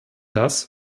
das